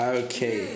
okay